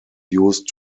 used